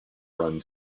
run